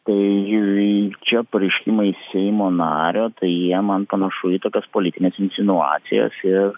tai čia pareiškimai seimo nario tai jie man panašu į tokias politines insinuacijas ir